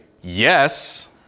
yes